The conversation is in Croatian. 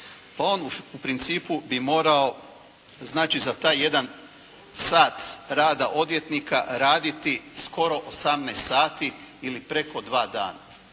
Pa on u principu bi morao znači za taj jedan sat rada odvjetnika raditi skoro 18 sati ili preko dva dana,